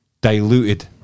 diluted